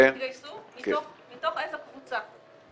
כמה התגייסו מתוך איזה קבוצה.